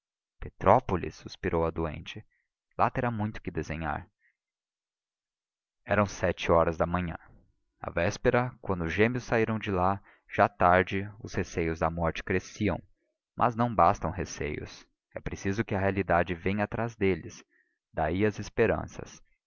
petrópolis suspirou a doente lá terá muito que desenhar eram sete horas da manhã na véspera quando os gêmeos saíram de lá já tarde os receios da morte cresciam mas não bastam receios é preciso que a realidade venha atrás deles daí as esperanças